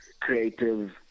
creative